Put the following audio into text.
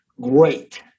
great